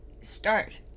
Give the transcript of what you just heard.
start